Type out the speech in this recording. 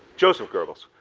joseph goebbels,